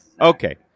Okay